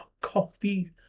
coffee